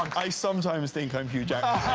i sometimes think i'm hugh jackman.